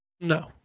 No